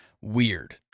weird